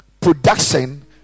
production